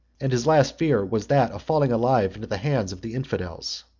and his last fear was that of falling alive into the hands of the infidels.